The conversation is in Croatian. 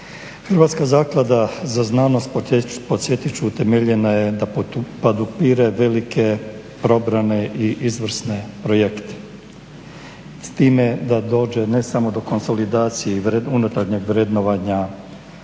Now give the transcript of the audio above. Hrvatska zaklada za znanost podsjetit ću utemeljena je da podupire velike probrane i izvrsne projekte. S time da dođe ne samo do konsolidacije unutarnjeg vrednovanja